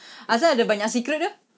apa sal ada banyak secret ke